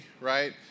right